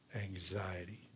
anxiety